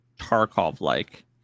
Tarkov-like